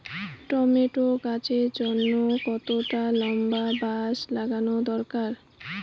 Tomato গাছের জন্যে কতটা লম্বা বাস লাগানো দরকার?